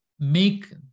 make